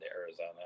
Arizona